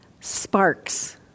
sparks